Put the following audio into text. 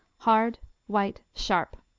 hard white sharp.